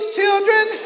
children